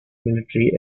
military